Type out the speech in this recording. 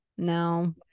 no